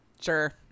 Sure